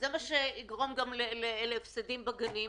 מה שיגרום להפסדים בגנים.